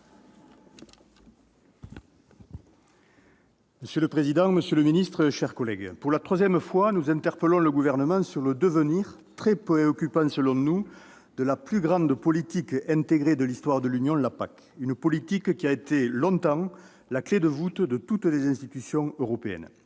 Monsieur le président, monsieur le ministre, mes chers collègues, pour la troisième fois, nous interpellons le Gouvernement sur le devenir, très préoccupant selon nous, de la plus grande politique intégrée de l'histoire de l'Union européenne, la PAC, une politique qui a longtemps été la clef de voûte de toutes les institutions européennes.